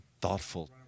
thoughtful